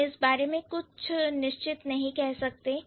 हम इस बारे में कुछ निश्चित नहीं कह सकते हैं